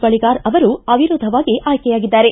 ಬಳಿಗಾರ ಅವರು ಅವಿರೋಧವಾಗಿ ಆಯ್ಕೆಯಾಗಿದ್ದಾರೆ